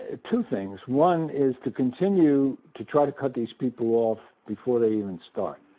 ah two things. one is to continue to try to cut these people off before they even start.